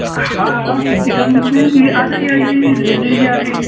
ہاں ہاں سبزی سب مِل جائیں گی آ جائیے آ جائیے لے لیجیے آ کے